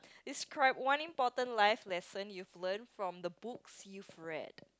describe one important life lesson you've learned from the books you've read